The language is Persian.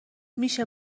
میشه